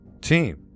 team